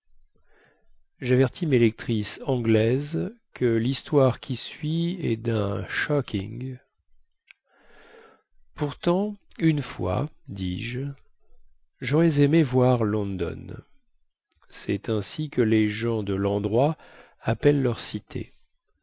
fois javertis mes lectrices anglaises que lhistoire qui suit est dun shocking pourtant une fois dis-je jaurais aimé voir london cest ainsi que les gens de lendroit appellent leur cité